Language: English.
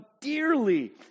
dearly